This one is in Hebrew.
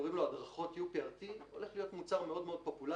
שקוראים לו הדרכות UPRT הולך להיות מוצר מאוד פופולרי,